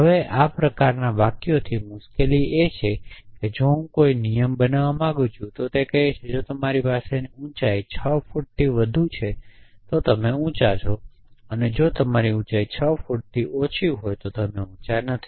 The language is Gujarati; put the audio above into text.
હવે આ પ્રકારના વાક્યોથી મુશ્કેલી એ છે કે જો હું કોઈ નિયમ બનાવવા માંગું છું તો કહે છે કે જો તમારી પાસે ઊંચાઇ 6 ફુટથી વધુ છે તો તમે ઉંચા છો જો તમારી ઊંચાઈ 6 ફુટથી ઓછી હોય તો તમે ઉંચા નથી